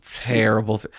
terrible